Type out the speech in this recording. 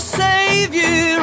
savior